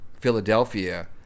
Philadelphia